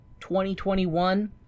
2021